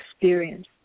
experience